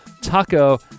Taco